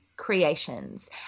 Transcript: Creations